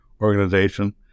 organization